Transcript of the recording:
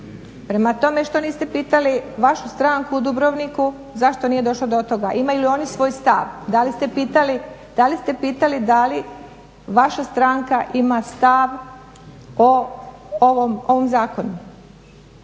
prema tome što niste pitali vašu stranku u Dubrovniku zašto nije došlo do toga, imaju li oni svoj stav. Da li ste pitali da li vaša stranka ima stav o ovom zakonu.